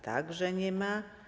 Także nie ma.